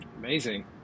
Amazing